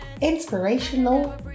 inspirational